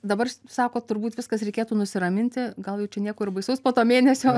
dabar sako turbūt viskas reikėtų nusiraminti gal jau čia nieko ir baisaus po to mėnesio